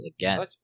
again